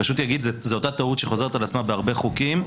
זו אותה טעות שחוזרת על עצמה בהרבה חוקים.